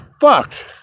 fucked